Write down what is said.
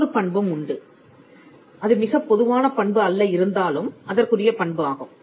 இன்னொரு பண்பும் உண்டு அது மிகப் பொதுவான பண்பு அல்ல இருந்தாலும் அதற்குரிய பண்பு ஆகும்